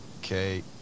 Okay